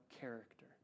character